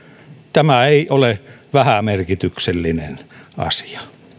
tämä ei ole vähämerkityksellinen asia